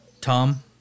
Tom